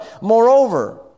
Moreover